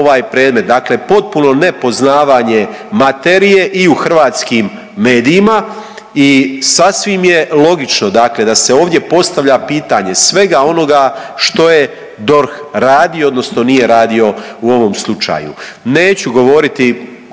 dakle potpuno nepoznavanje materije i u hrvatskim medijima i sasvim je logično dakle da se ovdje postavlja pitanje svega onoga što je DORH radio odnosno nije radio u ovom slučaju.